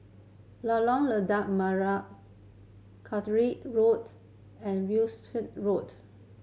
Lorong Lada Merah Caterick Road and Wishart Road